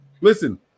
Listen